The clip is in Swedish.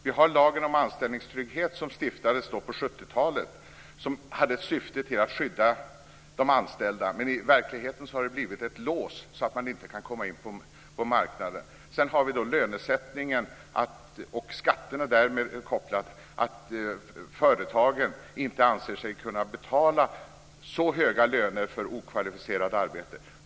Vi har lagen om anställningstrygghet som stiftades på 70-talet som hade till syfte att skydda de anställda, men i verkligheten har den blivit ett lås, så att man inte kan komma in på marknaden. Sedan har vi lönesättningen och, kopplade till den, skatterna, som gör att företagen inte anser sig kunna betala så höga löner för okvalificerat arbete.